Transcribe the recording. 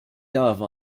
dove